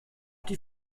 die